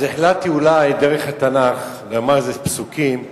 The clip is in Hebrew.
אז החלטתי אולי דרך התנ"ך, פסוקים,